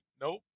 Nope